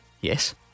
Yes